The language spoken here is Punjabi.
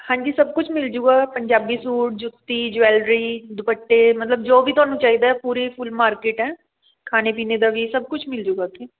ਹਾਂਜੀ ਸਭ ਕੁਛ ਮਿਲ ਜੂਗਾ ਪੰਜਾਬੀ ਸੂਟ ਜੁੱਤੀ ਜਵੈਲਰੀ ਦੁਪੱਟੇ ਮਤਲਬ ਜੋ ਵੀ ਤੁਹਾਨੂੰ ਚਾਹੀਦਾ ਪੂਰੀ ਫੁੱਲ ਮਾਰਕੀਟ ਹੈ ਖਾਣੇ ਪੀਣੇ ਦਾ ਵੀ ਸਭ ਕੁਛ ਮਿਲ ਜੂਗਾ ਉੱਥੇ